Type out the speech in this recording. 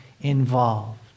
involved